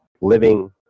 living